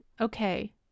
Okay